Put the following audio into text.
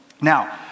Now